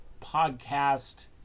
podcast